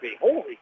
holy